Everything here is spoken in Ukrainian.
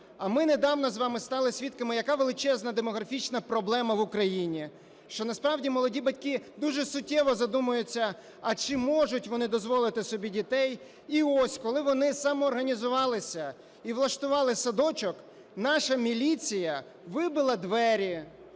А ми недавно з вами стали свідками, яка величезна демографічна проблема в Україні, що насправді молоді батьки дуже суттєво задумуються, а чи можуть вони дозволити собі дітей. І ось, коли вони самоорганізувалися і влаштували садочок, наша міліція вибила двері,